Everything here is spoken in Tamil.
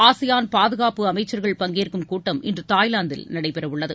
ஆசியான் பாதுகாப்பு அமைச்சா்கள் பங்கேற்கும் கூட்டம் இன்று தாய்லாந்தில் நடைபெற உள்ளது